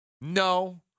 no